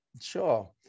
Sure